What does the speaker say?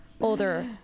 older